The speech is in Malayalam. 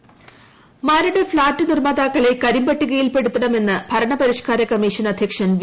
എസ് മരട് ഫ്ളാറ്റ് നിർമ്മാതാക്കളെ കുരിപ്പ്ട്ടികയിൽപ്പെടുത്തണമെന്ന് ഭരണപരിഷ്ക്കാര കമ്മീഷൻ അദ്ധ്യക്ഷൻ ്വി